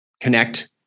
connect